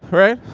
right?